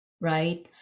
right